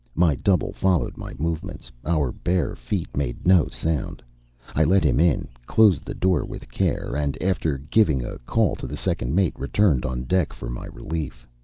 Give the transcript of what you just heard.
my double followed my movements our bare feet made no sound i let him in, closed the door with care, and, after giving a call to the second mate, returned on deck for my relief.